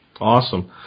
Awesome